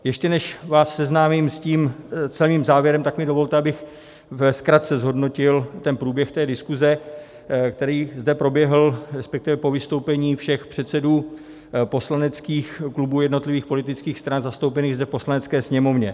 Ještě než vás seznámím s tím celým závěrem, tak mi dovolte, abych ve zkratce zhodnotil průběh té diskuse, která zde proběhla, respektive po vystoupení všech předsedů poslaneckých klubů jednotlivých politických stran zastoupených zde v Poslanecké sněmovně.